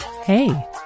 Hey